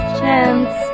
chance